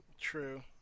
True